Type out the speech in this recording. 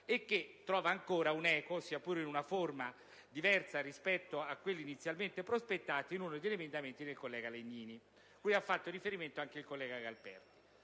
che trova ancora un'eco, sia pure in una forma diversa rispetto a quella inizialmente prospettata, in uno degli emendamenti del collega Legnini, cui ha fatto riferimento anche il senatore Galperti.